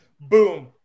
boom